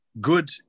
good